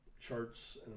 charts